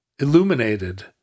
illuminated